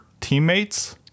teammates